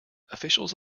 officials